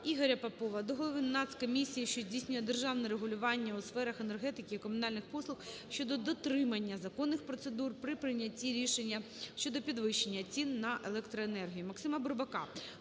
Ігоря Попова до голови Нацкомісії, що здійснює державне регулювання у сферах енергетики і комунальних послуг щодо дотримання законних процедур при прийнятті рішень щодо підвищення цін на електроенергію.